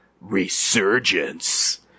Resurgence